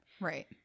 Right